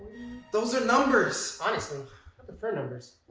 those are numbers. honestly, i prefer numbers.